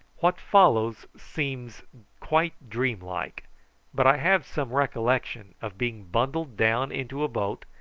what followed seems quite dream-like but i have some recollection of being bundled down into a boat,